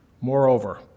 Moreover